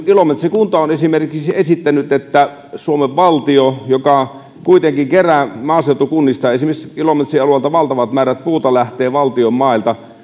ilomantsin kunta on esimerkiksi esittänyt että kun suomen valtio kuitenkin kerää maaseutukunnista esimerkiksi ilomantsin alueelta valtavat määrät puuta valtion mailta